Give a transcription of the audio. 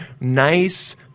nice